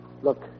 look